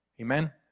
Amen